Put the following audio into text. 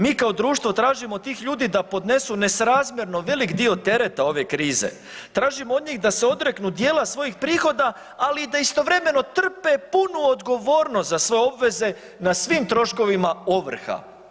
Mi kao društvo tražimo od tih ljudi da podnesu nesrazmjerno veliki dio tereta ove krize, tražimo od njih da se odreknu dijela svojih prihoda, ali da istovremeno trpe punu odgovornost za sve obveze na svim troškovima ovrha.